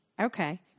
Okay